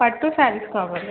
పట్టు శారీస్ కావాలి